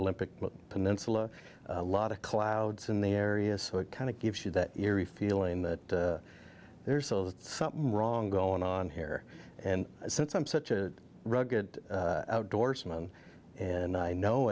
olympic peninsula a lot of clouds in the area so it kind of gives you that eerie feeling that there's something wrong going on here and since i'm such a rugged outdoorsman and i know